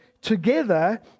together